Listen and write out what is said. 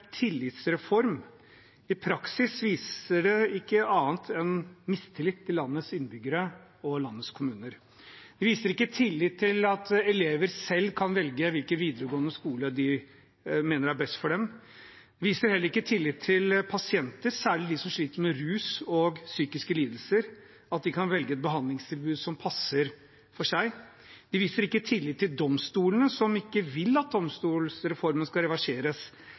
tillitsreform. I praksis viser den ikke annet enn mistillit til landets innbyggere og landets kommuner. Den viser ikke tillit til at elever selv kan velge hvilken videregående skole de mener er best for dem. Den viser heller ikke tillit til at pasienter, særlig de som sliter med rus og psykiske lidelser, kan velge et behandlingstilbud som passer for dem. Regjeringen viser ikke tillit til domstolene, som ikke vil at domstolsreformen skal reverseres.